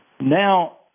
now